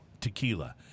Tequila